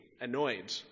annoyed